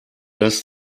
dass